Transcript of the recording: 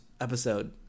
episode